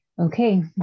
okay